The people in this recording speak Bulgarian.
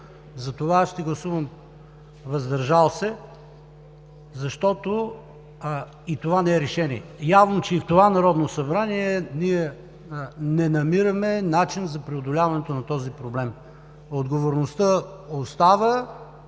Аз ще гласувам „въздържал се“, защото и това не е решение. Явно, че и в това Народно събрание ние не намираме начин за преодоляването на този проблем. Отговорността остава